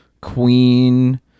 Queen